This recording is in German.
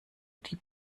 die